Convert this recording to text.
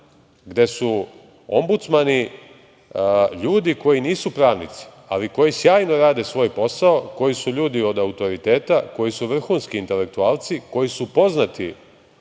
gde su ombudsmani ljudi koji nisu pravnici, ali koji sjajno rade svoj posao, koji su ljudi od autoriteta, koji su vrhunski intelektualci, koji su poznati